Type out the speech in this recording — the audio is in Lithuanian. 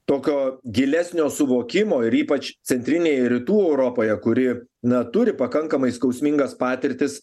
tokio gilesnio suvokimo ir ypač centrinėje rytų europoje kuri na turi pakankamai skausmingas patirtis